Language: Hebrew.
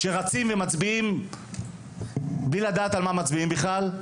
רצים ומצביעים בלי לדעת על מה מצביעים בכלל.